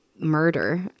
murder